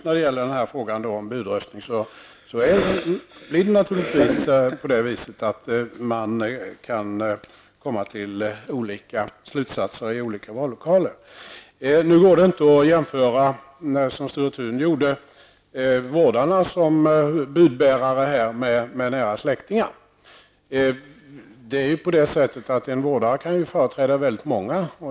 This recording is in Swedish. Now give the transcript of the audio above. När det gäller just frågan om budröstning kan man naturligtvis komma till olika slutsatser i olika vallokaler. Nu går det inte, som Sture Thun gjorde, att jämföra vårdarna som budbärare med nära släktningar. En vårdare kan ju företräda väldigt många.